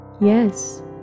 Yes